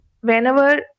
whenever